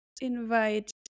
invite